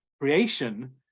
creation